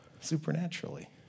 supernaturally